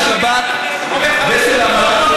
השב"כ ואמ"ן.